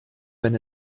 wenn